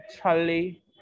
Charlie